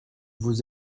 vous